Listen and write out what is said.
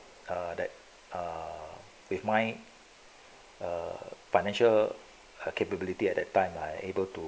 uh that with my uh financial capability at that time I able to